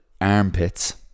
armpits